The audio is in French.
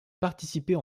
participer